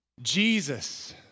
Jesus